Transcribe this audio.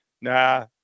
nah